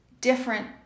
different